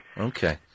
Okay